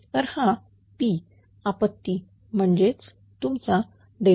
तर हा P अपत्ती म्हणजेच तुमचा PL